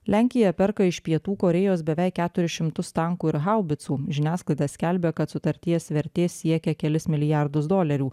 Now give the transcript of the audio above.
lenkija perka iš pietų korėjos beveik keturis šimtus tankų ir haubicų žiniasklaida skelbia kad sutarties vertė siekia kelis milijardus dolerių